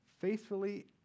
faithfully